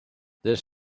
this